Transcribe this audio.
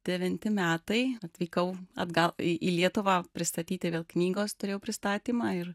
devinti metai atvykau atgal į lietuvą pristatyti vėl knygos turėjau pristatymą ir